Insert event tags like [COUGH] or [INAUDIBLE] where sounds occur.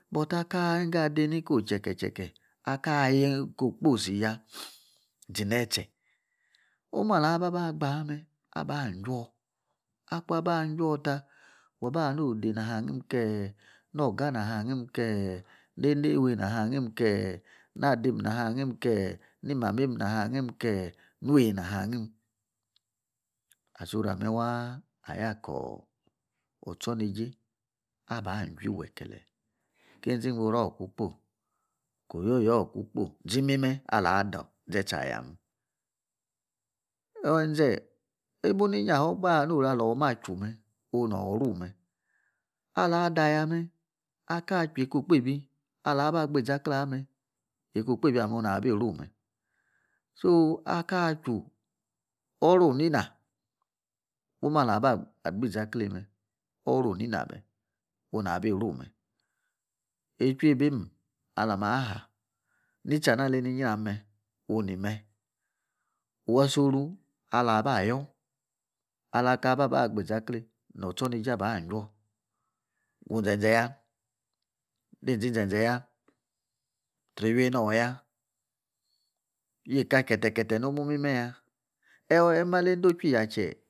But aka wingo ade niko ochekecheke, aka niko okposi ya [NOISE] zi ne tse, omu ala waba gba meh aba' ajuww akun aba juwu ta waba ahani odey naha angim kee nor orga naha angim kee' nyedei iwim naha angim kee' na adimm naha angiim kee ni mamiem naha angiim kee' nuwei naha angim soro ameh waa' aya kor otsorneijie aba' aju wekele' keinzi gboror kun kpoi. ko oryoryor kun kpoi zi mimeh alah dor zetse ayameh o' enze, even ingbafe okpahe ahanin oru alaha chu meh, onu ru-meh. Ala ador ayameh aka achu eka okpebi ala agbi izakie aya meh, eko'o okpebi ameh na bi iru imeh so aka chu oro onina, woma ala ba agbi izakie meh, oro onina ameh onu na bi iru meh. Echu-habiem alamaha ha nyisri ana aleni nyram meh o'nimeh worsoru ala ba yor ala ka ba agbi izakle nor otsorniejie aba ajuwor gu-zenze a, dizin zenzee ya, tsri iwienor ya, yeka kete nomuo mimeya. Eh mali endochui yache [UNINTELLIGIBLE]